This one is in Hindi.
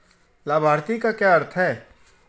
लाभार्थी का क्या अर्थ है?